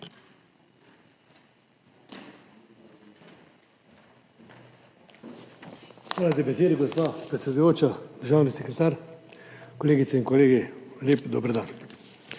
Hvala za besedo, gospa predsedujoča. Državni sekretar, kolegice in kolegi, lep dober dan!